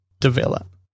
develop